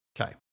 Okay